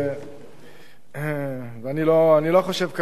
אני לא חושב כמוהו.